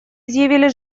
изъявили